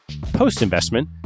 Post-investment